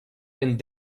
and